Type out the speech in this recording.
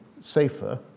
safer